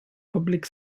public